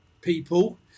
people